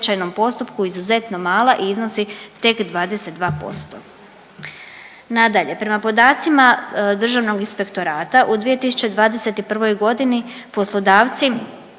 u 2021.g. poslodavci